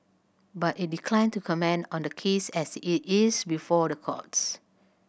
but it declined to comment on the case as it is before the courts